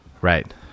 Right